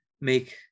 make